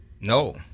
No